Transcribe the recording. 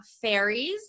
fairies